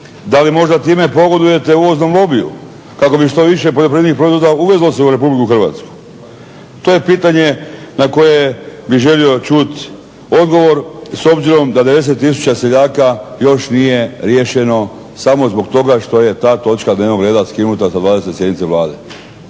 Da li možda time pogodujete uvoznom lobiju kako bi što više poljoprivrednih proizvoda se uvezlo u RH? To je pitanje na koje bih želio čuti odgovor s obzirom da 90 tisuća seljaka još nije riješeno samo zbog toga što je ta točka dnevnog reda skinuta sa 20. sjednice Vlade.